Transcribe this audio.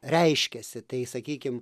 reiškiasi tai sakykim